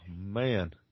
man